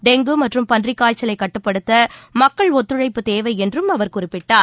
dengue மற்றும் பன்றிக் காய்ச்சலைக் கட்டுப்படுத்த மக்கள் ஒத்துழைப்பு தேவை என்றும் அவர் குறிப்பிட்டார்